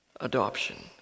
adoption